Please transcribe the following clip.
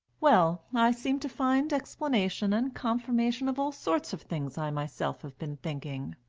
well, i seem to find explanation and confirmation of all sorts of things i myself have been thinking.